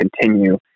continue